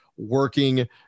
working